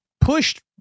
pushed